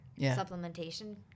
supplementation